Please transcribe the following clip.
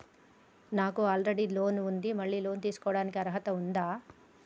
నాకు already loan ఉండి మళ్ళీ లోన్ తీసుకోవడానికి అర్హత ఉందా?